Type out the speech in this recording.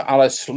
Alice